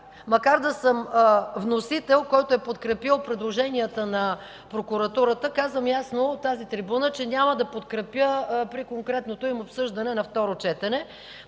макар да съм вносител, който е подкрепил предложенията на прокуратурата, казвам ясно от тази трибуна, че няма да подкрепя при конкретното им обсъждане на второ четене.